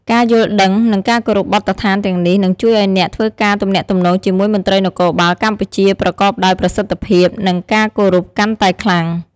ការយល់ដឹង និងការគោរពបទដ្ឋានទាំងនេះនឹងជួយឲ្យអ្នកធ្វើការទំនាក់ទំនងជាមួយមន្ត្រីនគរបាលកម្ពុជាប្រកបដោយប្រសិទ្ធភាព និងការគោរពកាន់តែខ្លាំង។